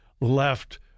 left